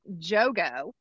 Jogo